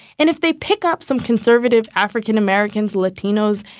and if they pick up some conservative african americans, latinos,